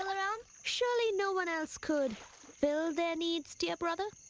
balaram? surely no one else could fill their needs, dear brother.